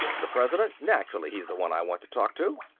the president? naturally he's the one i want to talk to.